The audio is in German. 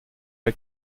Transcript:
bei